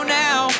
now